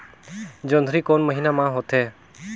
जोंदरी कोन महीना म होथे?